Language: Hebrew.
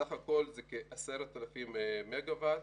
סך הכול זה 10,000 מגה וואט,